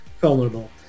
vulnerable